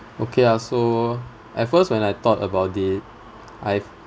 okay I also at first when I thought about it I